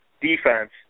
defense